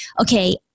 okay